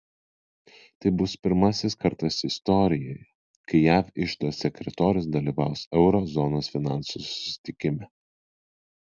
tai bus pirmasis kartas istorijoje kai jav iždo sekretorius dalyvaus euro zonos finansų susitikime